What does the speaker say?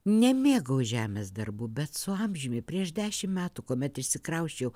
nemėgau žemės darbų bet su amžiumi prieš dešim metų kuomet išsikrausčiau